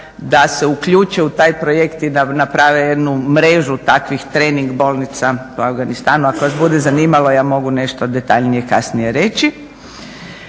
da se uključe u taj projekt i da naprave jednu mrežu takvih trening bolnica u Afganistanu. Ako vas bude zanimalo ja mogu nešto detaljnije kasnije reći.